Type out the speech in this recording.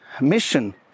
mission